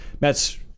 Mets